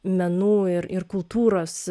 menų ir ir kultūros